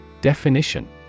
Definition